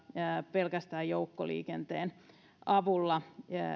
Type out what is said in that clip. pelkästään joukkoliikenteen avulla